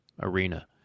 arena